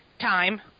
Time